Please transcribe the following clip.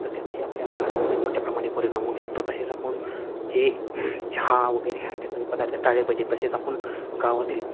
तर त्याचाही आपल्या आहारावरती मोठ्या प्रमाणे परिणाम होऊ शकतो तसेच आपण जे चहा वगैरे ह्या पदार्थ टाळले पाहिजे तसेच आपण गावातील